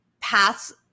paths